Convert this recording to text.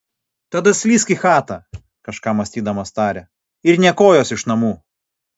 tada slysk į chatą kažką mąstydamas tarė ir nė kojos iš namų